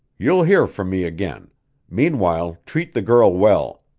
you'll hear from me again meanwhile treat the girl well.